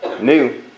new